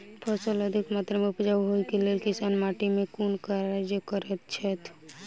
फसल अधिक मात्रा मे उपजाउ होइक लेल किसान माटि मे केँ कुन कार्य करैत छैथ?